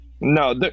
No